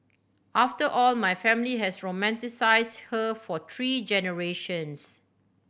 after all my family has romanticised her for three generations